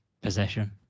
possession